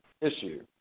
issue